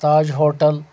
Taj hotel